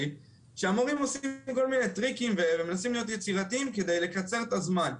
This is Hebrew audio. שהמורים עושים כל מיני טריקים ומנסים להיות יצירתיים כדי לקצר את הזמן,